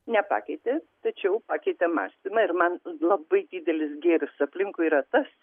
nepakeitė tačiau pakeitė mąstymą ir man labai didelis gėris aplinkui yra tas